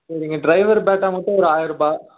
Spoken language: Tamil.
எங்கள் ட்ரைவர் பேட்டா மட்டும் ஒரு ஆயரூபா